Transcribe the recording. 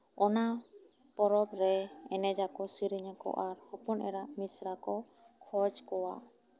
ᱚᱱᱟ ᱯᱚᱨᱚᱵ ᱨᱮ ᱮᱱᱮᱡᱟ ᱠᱚ ᱰᱮᱨᱮᱧᱟ ᱠᱚ ᱟᱨ ᱦᱚᱯᱚᱱ ᱮᱨᱟ ᱢᱤᱥᱮᱨᱟ ᱠᱚ ᱠᱷᱚᱡ ᱠᱚᱣᱟ